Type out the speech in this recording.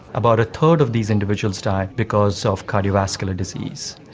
about a third of these individuals die because of cardiovascular disease.